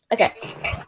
Okay